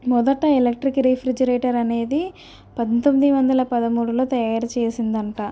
మొదట electric refrigerator అనేది పంతొమ్మిది వందల పదమూడులో తయారు చేసిందంట